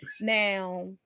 Now